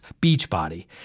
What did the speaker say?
Beachbody